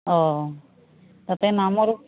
অঁ তাতে নামৰ